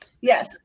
Yes